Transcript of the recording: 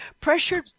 pressured